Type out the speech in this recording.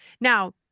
Now